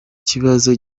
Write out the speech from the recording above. kibazo